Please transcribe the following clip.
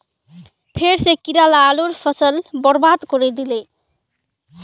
फेर स कीरा ला आलूर फसल बर्बाद करे दिले